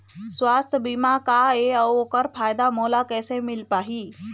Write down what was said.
सुवास्थ बीमा का ए अउ ओकर फायदा मोला कैसे मिल पाही?